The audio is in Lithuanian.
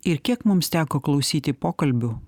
ir kiek mums teko klausyti pokalbių